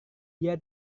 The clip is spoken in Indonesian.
dia